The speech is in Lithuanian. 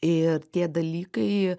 ir tie dalykai